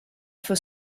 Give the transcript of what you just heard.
for